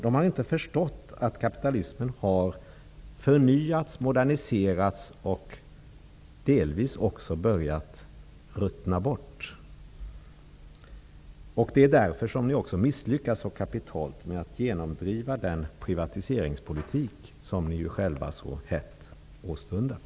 De har inte förstått att kapitalismen har förnyats, moderniserats och delvis också börja ruttna bort. Det är därför som ni också misslyckas så kapitalt med att genomdriva den privatiseringspolitik som ni själva så hett åstundar.